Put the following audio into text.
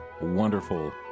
Wonderful